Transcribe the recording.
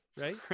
right